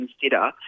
consider